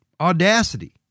audacity